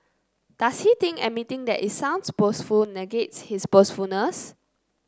does he think admitting that it sounds boastful negates his boastfulness